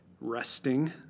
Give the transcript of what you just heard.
resting